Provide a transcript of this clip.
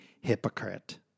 hypocrite